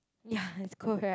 ya is cold right